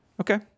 Okay